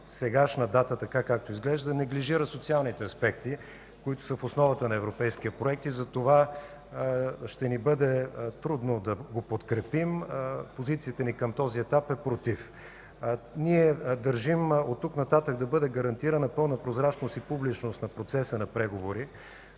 днешна дата, така както изглежда, неглижира социалните аспекти, които са в основата на европейския проект. Затова ще ни бъде трудно да го подкрепим. Позицията ни на този етап е „против”. Ние държим оттук нататък да бъде гарантирана пълна прозрачност и публичност на процеса на преговори.